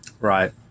Right